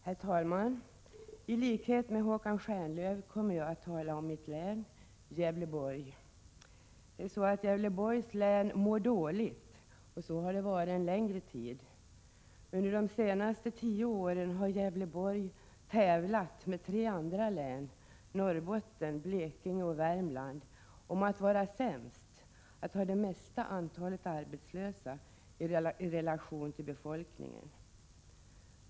Herr talman! I likhet med Håkan Stjernlöf kommer jag att tala om mitt län — Gävleborg. Gävleborgs län mår dåligt, och så har det varit en längre tid. Under de senaste tio åren har Gävleborg tävlat med tre andra län, Norrbotten, Blekinge och Värmland, om att vara sämst, att ha det största antalet arbetslösa i relation till befolkningen.